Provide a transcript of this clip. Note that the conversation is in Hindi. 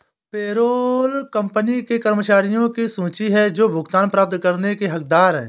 पेरोल कंपनी के कर्मचारियों की सूची है जो भुगतान प्राप्त करने के हकदार हैं